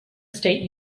state